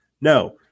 No